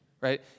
right